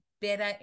better